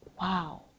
Wow